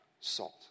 salt